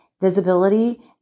Visibility